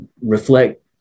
reflect